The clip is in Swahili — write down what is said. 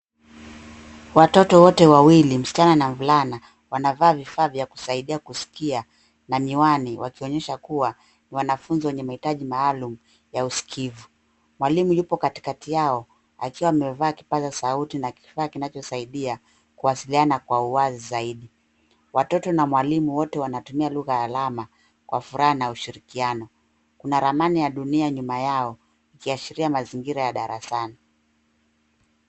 Watoto wote wawili msichana na mvulana wanavaa vifaa vya kusaidia kusikia na miwani wakionyesha kuwa wanafunzi wenye mahitaji maalumu ya usikivu. Mwalimu yupo katikati yao akiwa amevaa kipaza sauti na kifaa kinachosaidia kuwasiliana kwa uwazi zaidi. Watoto na mwalimu wote wanatumia lugha ya alama kwa furaha na ushirikiano. Kuna ramani ya dunia nyuma yao ikiashiria mazingira ya darasani.